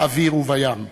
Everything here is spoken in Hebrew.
באוויר ובים.